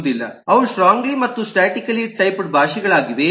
ಅವು ಸ್ಟ್ರಾಂಗಲಿ ಮತ್ತು statically typed ಭಾಷೆಗಳಾಗಿವೆ